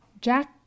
Jack